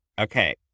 okay